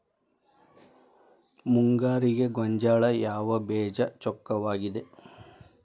ಮುಂಗಾರಿಗೆ ಗೋಂಜಾಳ ಯಾವ ಬೇಜ ಚೊಕ್ಕವಾಗಿವೆ?